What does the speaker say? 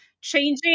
changing